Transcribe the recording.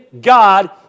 God